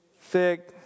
thick